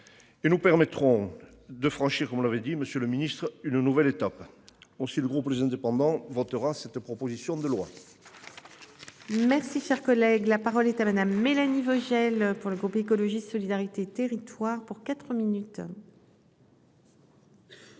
Et nous permettront de franchir, comme l'avait dit. Monsieur le Ministre, une nouvelle étape. On le groupe les indépendants votera cette proposition de loi. Merci, cher collègue, la parole est à madame Mélanie Vogel. Pour le groupe écologiste solidarité et territoires pour 4 minutes.